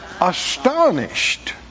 astonished